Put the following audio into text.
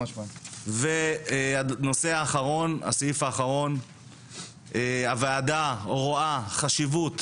והנושא האחרון, הוועדה רואה חשיבות